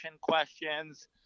questions